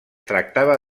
tractava